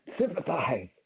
sympathize